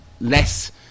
less